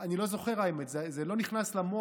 אני לא זוכר, האמת, זה לא נכנס למוח,